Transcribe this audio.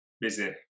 busy